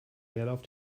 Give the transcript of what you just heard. leerlauf